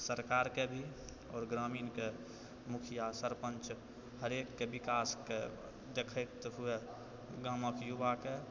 सरकारके भी आओर ग्रामीणके मुखिया सरपञ्च हरेक के विकासके देखैत हुवे गाँवके युवाके